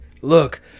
look